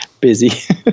busy